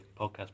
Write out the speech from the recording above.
podcast